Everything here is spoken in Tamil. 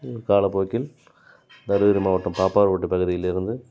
காலப்போக்கில் தர்மபுரி மாவட்டம் பாப்பாக்கோட்டு பகுதியிலிருந்து